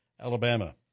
Alabama